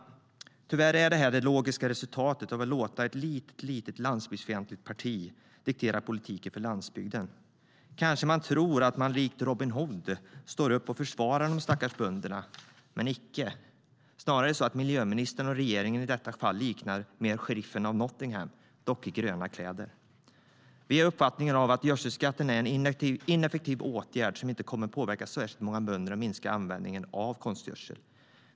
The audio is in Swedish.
Tyvärr är detta det logiska resultatet av att låta ett litet landsbygdsfientligt parti diktera politiken för landsbygden. Kanske tror man att man likt Robin Hood står upp och försvarar de stackars bönderna, men icke. Snarare är det så att miljöministern och regeringen i detta fall mer liknar sheriffen av Nottingham, dock i gröna kläder. Vi har uppfattningen att gödselskatten är en ineffektiv åtgärd som inte kommer att påverka särskilt många bönder att minska användningen av konstgödsel.